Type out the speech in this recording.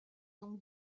donc